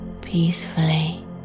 peacefully